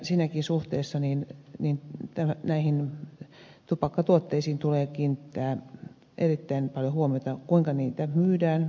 siinäkin suhteessa näihin tupakkatuotteisiin tulee kiinnittää erittäin paljon huomiota kuinka niitä myydään